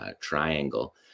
triangle